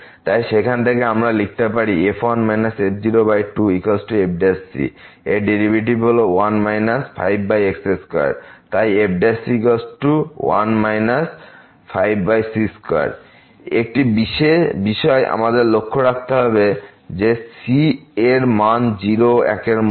তাই সেখান থেকে আমি লিখতে পারি f1 f2fc এবং ডেরিভেটিভ টি হল 15 x2 তাই fc15 c2 একটি বিষয় আমাদের লক্ষ্য রাখতে হবে যে c এর মান 0 ও 1 এর মধ্যে